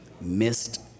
Missed